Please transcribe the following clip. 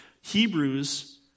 Hebrews